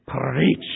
Preach